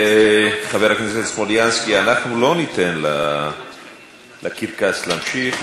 חבר הכנסת סלומינסקי, אנחנו לא ניתן לקרקס להמשיך.